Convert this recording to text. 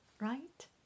right